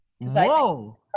whoa